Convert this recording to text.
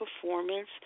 performance